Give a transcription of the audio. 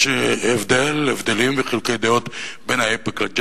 יש הבדלים וחילוקי דעות בין איפא"ק ל- ,J